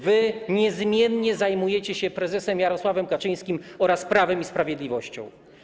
Wy niezmiennie zajmujecie się prezesem Jarosławem Kaczyńskim oraz Prawem i Sprawiedliwością.